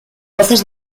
voces